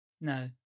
No